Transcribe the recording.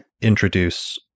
introduce